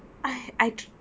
I I